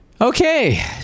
Okay